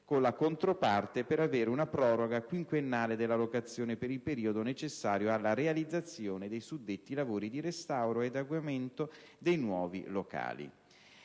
con la controparte per avere una proroga quinquennale della locazione per il periodo necessario alla realizzazione dei suddetti lavori di restauro ed adeguamento dei nuovi locali.